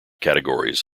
categories